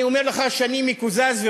שאני מקוזז,